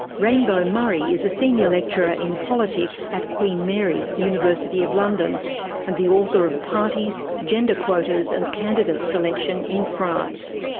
rainbow murray is a senior lecturer in politics at queen mary, university of london and the author of parties, gender quotas and candidate selection in france.